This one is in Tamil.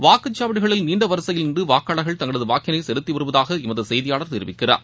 வாக்குச்சாவடிகளில் நீன்ட வரிசையில் நின்று வாக்காளர்கள் தங்களது வாக்கினை செலுத்தி வருவதாக எமது செய்தியாளர் தெரிவிக்கிறார்